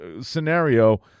scenario